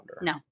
No